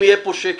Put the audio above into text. מבקש שתפסיקו.